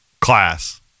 class